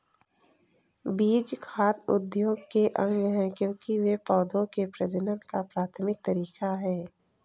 बीज खाद्य उद्योग के अंग है, क्योंकि वे पौधों के प्रजनन का प्राथमिक तरीका है